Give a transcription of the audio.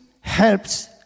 helps